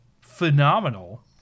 phenomenal